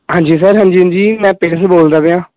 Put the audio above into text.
ਹਾਂਜੀ ਸਰ ਹਾਂਜੀ ਹਾਂਜੀ ਮੈਂ ਪੇਰੈਂਟਸ ਬੋਲਦਾ ਪਿਆਂ